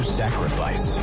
sacrifice